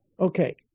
Okay